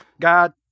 God